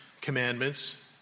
commandments